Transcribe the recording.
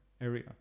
area